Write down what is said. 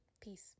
Peace